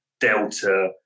delta